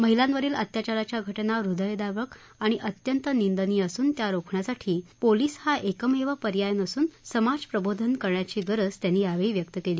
महिलांवरिल अत्याचाराच्या घटना हृदयद्रावक आणि अत्यंत निंदनीय असून त्या रोखण्यासाठी पोलीस हा एकमेव पर्याय नसून समाज प्रबोधनाची करण्याची गरज त्यांनी यावेळी व्यक्त केली